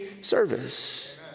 service